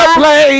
play